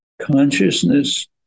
Consciousness